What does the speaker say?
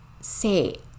say